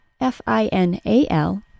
F-I-N-A-L